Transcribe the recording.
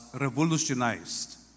revolutionized